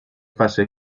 fase